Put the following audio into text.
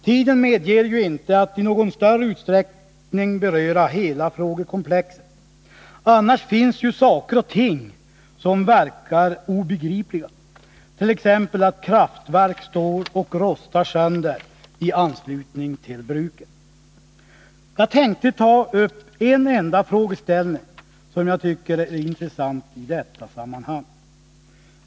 Tiden medger inte att jag i någon större utsträckning berör hela 149 frågekomplexet — här finns annars saker och ting som verkar obegripliga, t.ex. att kraftverk i anslutning till bruken står och rostar sönder — och jag tänker därför ta upp en enda frågeställning, som jag tycker är intressant i detta sammanhang.